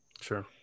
sure